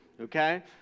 okay